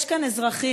יש כאן אזרחים,